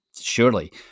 surely